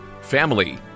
family